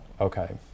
Okay